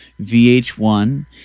VH1